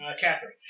Catherine